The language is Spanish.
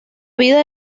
vida